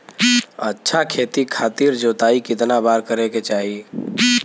अच्छा खेती खातिर जोताई कितना बार करे के चाही?